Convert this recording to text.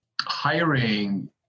hiring